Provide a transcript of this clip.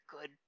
good